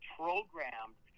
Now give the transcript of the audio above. programmed